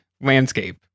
landscape